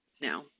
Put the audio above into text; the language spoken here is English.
now